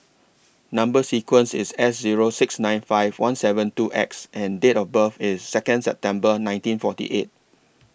Number sequence IS S Zero six nine five one seven two X and Date of birth IS Second September nineteen forty eight